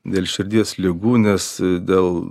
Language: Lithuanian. dėl širdies ligų nes dėl